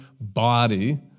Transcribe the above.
body